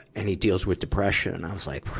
and he deals with depression. i was like,